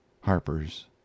Harper's